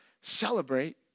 Celebrate